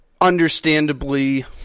Understandably